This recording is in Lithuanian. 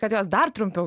kad jos dar trumpiau